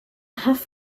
have